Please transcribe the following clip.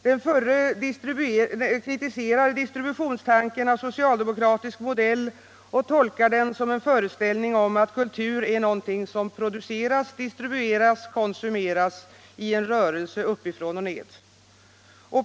Den förre kritiserar distributionstanken av socialdemokratisk modell och tolkar den som en föreställning om att kultur är något som produceras-distribueras-konsumceras i en rörelse uppifrån och ned.